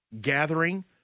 gathering